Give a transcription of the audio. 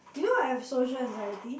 you know I have social anxiety